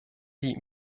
die